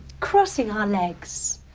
crossing our legs,